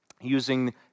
using